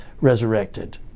resurrected